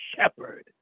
shepherd